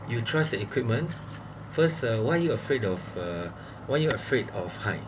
you trust that equipment first uh why you afraid of uh why you are afraid of height